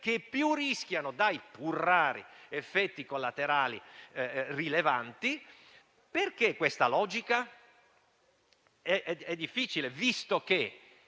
e più rischiano dai pur rari effetti collaterali rilevanti. Perché questa logica? È difficile capirne